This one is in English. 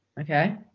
Okay